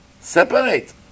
Separate